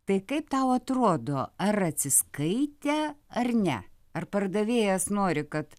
tai kaip tau atrodo ar atsiskaitę ar ne ar pardavėjas nori kad